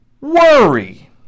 Worry